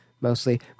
Mostly